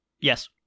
Yes